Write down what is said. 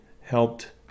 helped